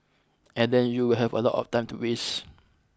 and then you will have a lot of time to waste